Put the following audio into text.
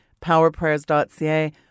powerprayers.ca